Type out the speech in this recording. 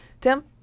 Tim